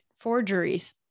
forgeries